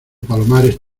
palomares